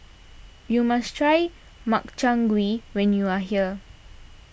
you must try Makchang Gui when you are here